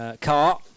car